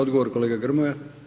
Odgovor kolega Gmoja.